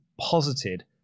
posited